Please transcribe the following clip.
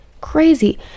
crazy